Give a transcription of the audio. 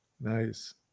Nice